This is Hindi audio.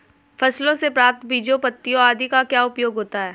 फसलों से प्राप्त बीजों पत्तियों आदि का क्या उपयोग होता है?